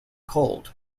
cold